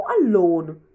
alone